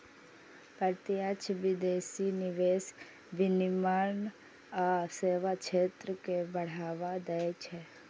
प्रत्यक्ष विदेशी निवेश विनिर्माण आ सेवा क्षेत्र कें बढ़ावा दै छै